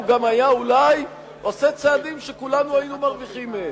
הוא גם היה אולי עושה צעדים שכולנו היינו מרוויחים מהם.